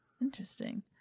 Interesting